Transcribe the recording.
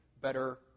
better